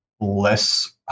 less